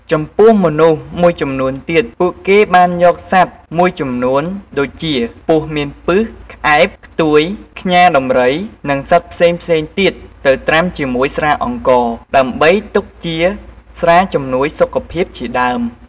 ចំពោះមនុស្សមួយចំនួនទៀតពួកគេបានយកសត្វមួយចំនួនដួចជា ពស់មានពិស ក្អែប ខ្ទួយ ខ្យាដំរី និងសត្វផ្សេងៗទៀតទៅត្រាំជាមួយស្រាអង្ករ ដើម្បីទុកជាស្រាជំនួយសុខភាពជាដើម។